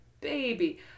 baby